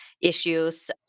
issues